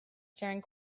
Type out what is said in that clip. staring